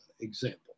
example